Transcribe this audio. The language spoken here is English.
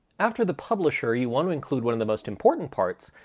after the publisher, you want to include one of the most important parts,